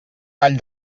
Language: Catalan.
tall